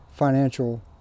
financial